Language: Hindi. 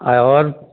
और